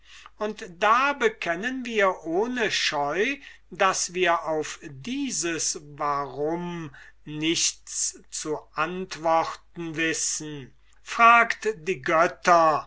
und da bekennen wir ohne scheu daß wir auf dieses warum nichts zu antworten wissen fragt die götter